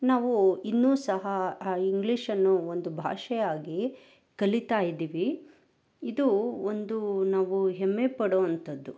ನಾವು ಇನ್ನೂ ಸಹ ಆ ಇಂಗ್ಲೀಷನ್ನು ಒಂದು ಭಾಷೆಯಾಗಿ ಕಲಿತಾ ಇದ್ದೀವಿ ಇದು ಒಂದು ನಾವು ಹೆಮ್ಮೆ ಪಡುವಂತದ್ದು